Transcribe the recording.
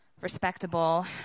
respectable